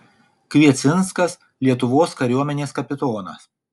kviecinskas lietuvos kariuomenės kapitonas